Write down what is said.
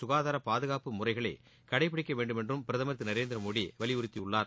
சுகாதார பாதுகாப்பு முறைகளை கடைபிடிக்க வேண்டும் என்றும் பிரதம் திரு நரேந்திர மோடி வலியுறுத்தியுள்ளார்